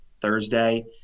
Thursday